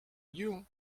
you